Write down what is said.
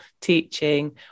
teaching